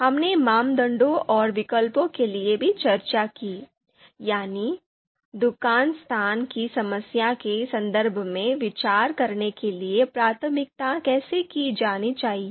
हमने मानदंडों और विकल्पों के लिए भी चर्चा की यानी दुकान स्थान की समस्या के संदर्भ में विचार करने के लिए प्राथमिकता कैसे की जानी चाहिए